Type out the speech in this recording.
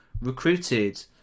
recruited